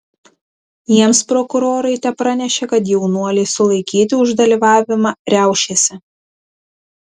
jiems prokurorai tepranešė kad jaunuoliai sulaikyti už dalyvavimą riaušėse